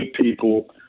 people